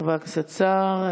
חבר הכנסת סער.